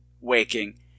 waking